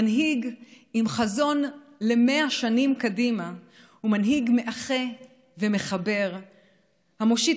מנהיג עם חזון למאה שנים קדימה הוא מנהיג מאחה ומחבר המושיט